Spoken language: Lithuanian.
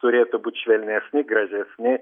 turėtų būt švelnesni gražesni